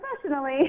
professionally